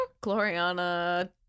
Gloriana